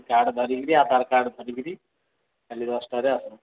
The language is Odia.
କାର୍ଡ଼୍ ଧରିକି ଆଧାର୍ କାର୍ଡ଼୍ ଧରିକି କାଲି ଦଶଟାରେ ଆସନ୍ତୁ